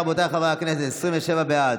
ובכן, רבותיי חברי הכנסת, 27 בעד,